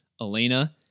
Elena